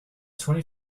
twenty